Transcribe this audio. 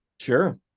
Sure